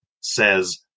says